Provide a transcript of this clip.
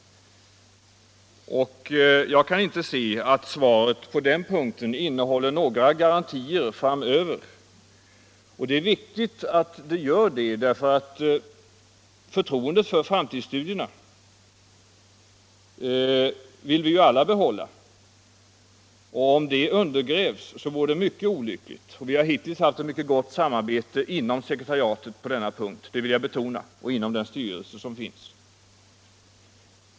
Jag kan inte se att det svar han här lämnat på den punkten innehåller några garantier framöver. Det är viktigt att sådana garantier finns därför att förtroendet för framtidsstudierna vill vi ju alla behålla. Om detta förtroende undergrävs vore det mycket olyckligt. Vi har hittills haft ett mycket gott samarbete inom sekretariatet på denna punkt — det vill jag betona — och inom den styrelse som finns.